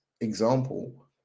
example